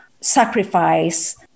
sacrifice